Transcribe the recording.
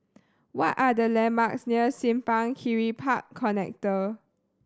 what are the landmarks near Simpang Kiri Park Connector